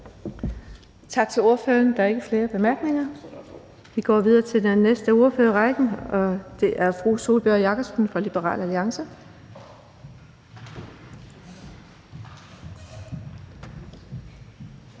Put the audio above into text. Tak til ordføreren. Der er ikke flere korte bemærkninger. Vi går videre til den næste ordfører i rækken, og det er fru Sólbjørg Jakobsen fra Liberal Alliance.